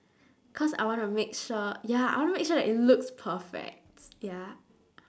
cause I wanna make sure ya I wanna make sure that it looks perfect ya